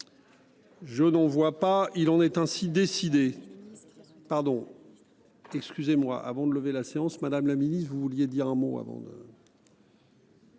Je n'en vois pas. Il en est ainsi décidé.